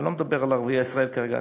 אני לא מדבר על ערביי ישראל כרגע,